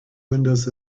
windows